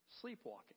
sleepwalking